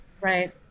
Right